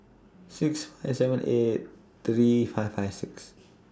six five seven eight three five five six